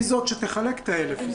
היא זאת שתחלק את ה-1,000.